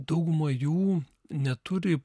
dauguma jų neturi